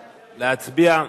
להצביע.